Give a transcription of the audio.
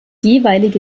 jeweilige